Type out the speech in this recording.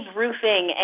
roofing